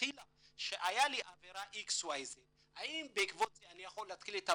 מלכתחילה שהייתה לו עבירה והאם בעקבות זה אני יכול להתחיל את המהלך,